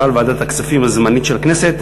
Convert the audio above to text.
והועברה לוועדת הכספים הזמנית של הכנסת.